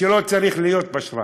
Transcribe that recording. ולא צריך להיות פשרן.